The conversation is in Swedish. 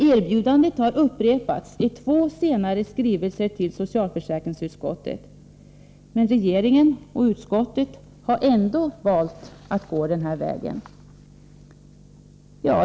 Erbjudandet har upprepatsi två senare skrivelser till socialförsäkringsutskottet, men regeringen och utskottet har ändå valt att gå den här vägen.